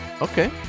okay